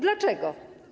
Dlaczego?